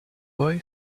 boy